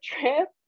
trip